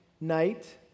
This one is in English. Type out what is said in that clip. night